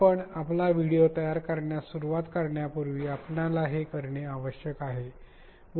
आपण आपला व्हिडिओ तयार करण्यास सुरुवात करण्यापूर्वी आपल्याला हे करणे आवश्यक आहे